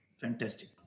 Fantastic